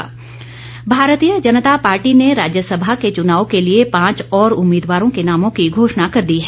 Rajya Sabha Bharatiya Janata Party ने राज्यसभा के चुनाव के लिए पांच और उम्मीदवारों के नामों की घोषणा कर दी है